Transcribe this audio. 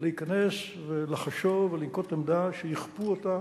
להיכנס ולחשוב ולנקוט עמדה שיכפו אותה